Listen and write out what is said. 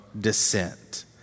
descent